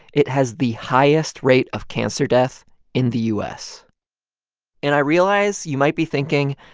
it has the highest rate of cancer death in the u s and i realize you might be thinking,